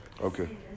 Okay